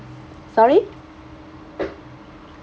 sorry